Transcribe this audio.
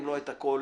אם לא את הכול